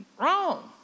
Wrong